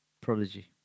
Prodigy